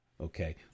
okay